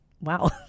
Wow